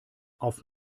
auf